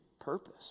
purpose